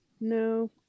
No